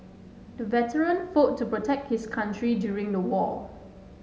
the veteran fought to protect his country during the war